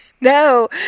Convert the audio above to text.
No